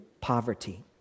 poverty